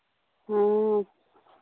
हाँ